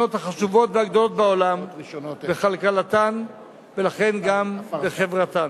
החשובות והגדולות בעולם בכלכלתן, ולכן גם בחברתן.